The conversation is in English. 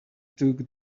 took